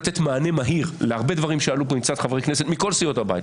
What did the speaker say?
לתת מענה מהיר להרבה דברים שעלו פה מצד חברי כנסת מכל סיעות הבית,